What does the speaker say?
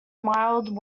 mild